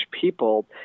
people